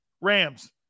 Rams